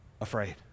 afraid